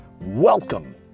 Welcome